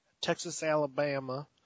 Texas-Alabama